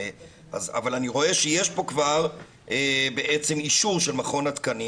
אבל אני רואה שיש פה כבר אישור של מכון התקנים